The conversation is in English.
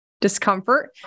discomfort